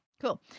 Cool